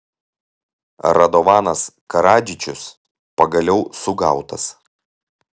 radovanas karadžičius pagaliau sugautas